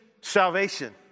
salvation